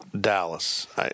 Dallas